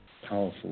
powerful